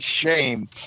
shame